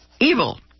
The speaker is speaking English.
evil